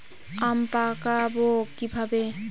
আম পাকাবো কিভাবে?